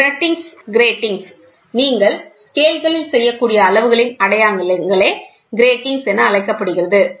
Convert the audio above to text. gratings நீங்கள் ஸ்கேல்களில் செய்யக்கூடிய அளவுகளின் அடையாளங்களே கிரேட்டிங் என அழைக்கப்படுகிறது